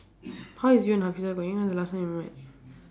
how is you and hafeezah going when was the last time you met